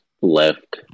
left